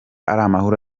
amahoro